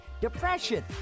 depression